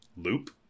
Loop